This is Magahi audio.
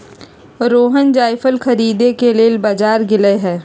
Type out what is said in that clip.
रोहण जाएफल खरीदे के लेल बजार गेलई ह